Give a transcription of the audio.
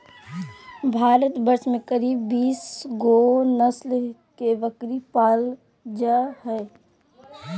भारतवर्ष में करीब बीस गो नस्ल के बकरी पाल जा हइ